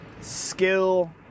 skill